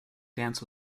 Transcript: dance